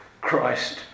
Christ